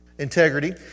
Integrity